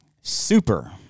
super